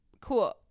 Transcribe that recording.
Cool